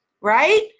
right